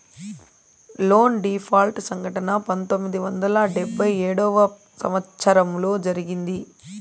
loan default సంఘటన పంతొమ్మిది వందల డెబ్భై ఏడవ సంవచ్చరంలో జరిగింది